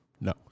No